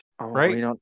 right